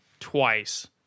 Twice